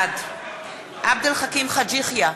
בעד עבד אל חכים חאג' יחיא,